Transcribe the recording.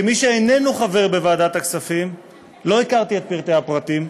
כמי שאיננו חבר בוועדת הכספים לא הכרתי את פרטי הפרטים,